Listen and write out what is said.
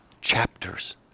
chapters